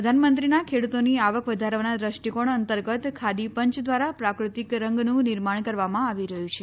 પ્રધાનમંત્રીના ખેડૂતોની આવક વધારવાના દ્રષ્ટિકોણ અંતર્ગત ખાદી પંચ દ્વારા પ્રાકૃતિક રંગનું નિર્માણ કરવામાં આવી રહ્યું છે